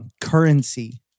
currency